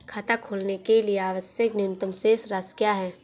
खाता खोलने के लिए आवश्यक न्यूनतम शेष राशि क्या है?